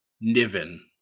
Niven